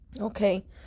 Okay